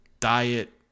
Diet